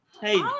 Hey